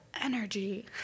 energy